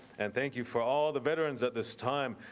and thank you for all the veterans at this time.